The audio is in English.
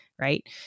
right